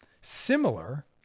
similar